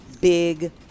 big